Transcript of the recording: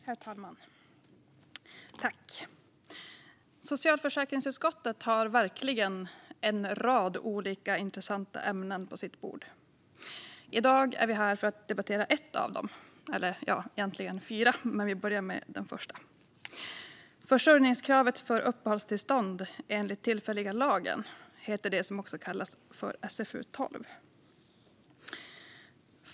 Herr talman! Socialförsäkringsutskottet har verkligen en rad olika intressanta ämnen på sitt bord. I dag är vi här för att debattera ett, eller egentligen fyra, av dem. Men vi börjar med detta. Försörjningskravet för uppehållstillstånd enligt tillfälliga lagen heter det betänkande som också kallas för SfU12.